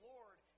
Lord